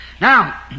Now